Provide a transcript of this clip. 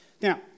Now